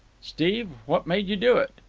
steve, what made you do it?